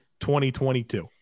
2022